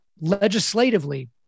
legislatively